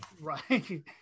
Right